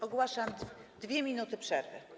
Ogłaszam 2 minuty przerwy.